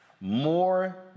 more